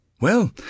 Well